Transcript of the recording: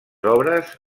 obres